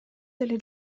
деле